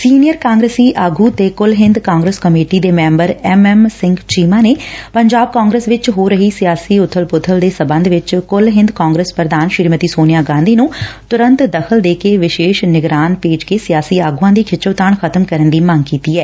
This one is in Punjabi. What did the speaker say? ਸੀਨੀਅਰ ਕਾਂਗਰਸੀ ਆਗੁ ਤੇ ਕੁਲ ਹਿੰਦ ਕਾਂਗਰਸ ਕਮੇਟੀ ਦੇ ਸੈਾਬਰ ਐੱਮ ਐੱਮ ਸਿੰਘ ਚੀਮਾ ਨੇ ਪੰਜਾਬ ਕਾਂਗਰਸ ਵਿਚ ਹੋ ਰਹੀ ਸਿਆਸੀ ਉਬਲ ਪੁਬਲ ਦੇਂ ਸਬੰਧ ਵਿਚ ਕੁੱਲ ਹਿੰਦ ਕਾਂਗਰਸ ਪੁਧਾਨ ਸ੍ਰੀਮਤੀ ਸੋਨੀਆ ਗਾਂਧੀ ਨੰ ਤੁਰੰਤ ਦਖਲ ਦੇ ਕੇ ਵਿਸ਼ੇਸ਼ ਭੇਜ ਕੇ ਸਿਆਸੀ ਆਗੁਆਂ ਦੀ ਖਿੱਚੋਤਾਣ ਖ਼ਤਮ ਕਰਨ ਦੀ ਮੰਗ ਕੀਤੀ ਐ